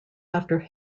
after